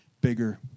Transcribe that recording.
bigger